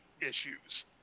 issues